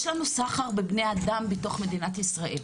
יש לנו סחר בבני אדם בתוך מדינת ישראל.